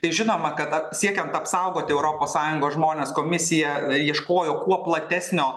tai žinoma kad siekiant apsaugoti europos sąjungos žmones komisija ieškojo kuo platesnio